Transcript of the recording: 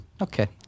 Okay